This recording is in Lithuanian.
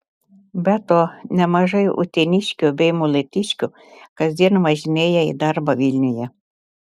be to nemažai uteniškių bei molėtiškių kasdien važinėja į darbą vilniuje